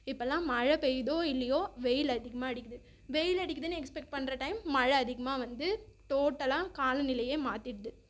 இப்போல்லாம் மழை பெய்தோ இல்லையோ வெயில் அதிகமாக அடிக்கிது வெயில் அடிக்குதுன்னு எக்ஸ்பெக்ட் பண்ணுற டைம் மழை அதிகமாக வந்து டோட்டலா காலநிலையே மாற்றிட்து